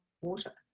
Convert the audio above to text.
water